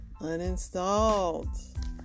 uninstalled